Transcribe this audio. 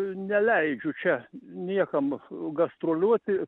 neleidžiu čia niekam gastroliuoti